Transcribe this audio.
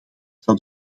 zou